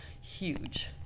huge